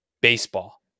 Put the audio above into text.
Baseball